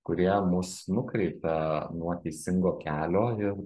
kurie mus nukreipia nuo teisingo kelio ir